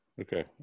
Okay